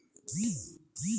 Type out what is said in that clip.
কোন মাটিতে লবণের পরিমাণ বেশি?